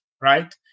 right